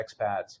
expats